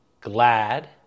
glad